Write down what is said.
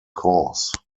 cause